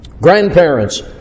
Grandparents